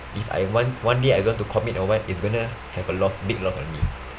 if I want one day I go to commit or what is going to have a loss big loss on me